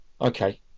okay